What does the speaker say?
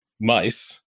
mice